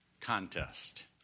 contest